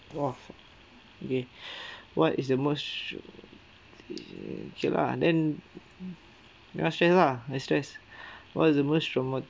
!wah! okay what is the most okay lah then ya'll share lah the stress what is the most